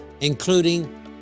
including